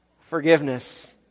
forgiveness